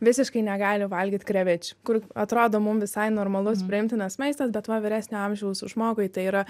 visiškai negali valgyt krevečių kur atrodo mum visai normalus priimtinas maistas bet va vyresnio amžiaus žmogui tai yra